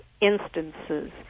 instances